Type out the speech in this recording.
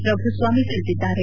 ಪ್ರಭು ಸ್ವಾಮಿ ತಿಳಿಸಿದ್ದಾರೆ